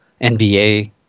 NBA